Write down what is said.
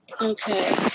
Okay